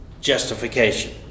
Justification